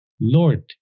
Lord